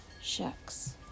Shucks